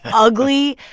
ugly,